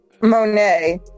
monet